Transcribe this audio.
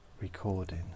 recording